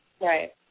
right